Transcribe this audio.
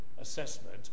assessment